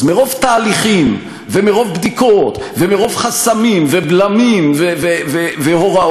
אז מרוב תהליכים ומרוב בדיקות ומרוב חסמים ובלמים והוראות,